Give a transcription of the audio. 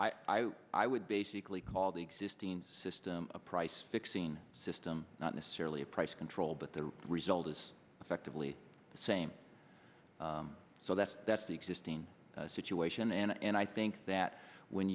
i i would basically call the existing system a price fixing system not necessarily a price control but the result is effectively the same so that's that's the existing situation and i think that when